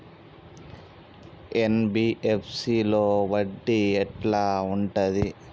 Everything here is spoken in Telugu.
ఎన్.బి.ఎఫ్.సి లో వడ్డీ ఎట్లా ఉంటది?